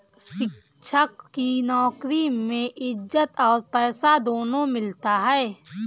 शिक्षक की नौकरी में इज्जत और पैसा दोनों मिलता है